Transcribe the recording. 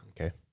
Okay